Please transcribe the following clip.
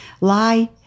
lie